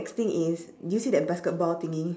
next thing is do you see that basketball thingy